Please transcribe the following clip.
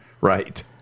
Right